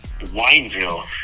Wineville